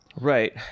Right